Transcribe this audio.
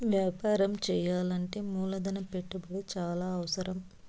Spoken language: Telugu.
వ్యాపారం చేయాలంటే మూలధన పెట్టుబడి చాలా అవసరం